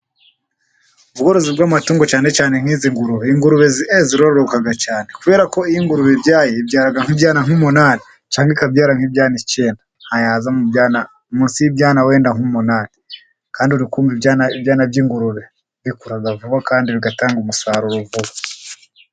Ubworozi bw'amatungo cyane cyane nk'izi ngurube, ingurube ziroroka cyane kubera ko iyo ingurube ibyaye ibyara nk'ibyana nk'umunani cyangwa ikabyara nk'ibyana icyenda ntabwo yaza mu byana munsi y'ibyana wenda nk'umunani kandi uri kumva ibyana by'ingurube bikura vuba kandi bigatanga umusaruro vuba.